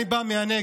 אני בא מהנגב,